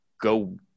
go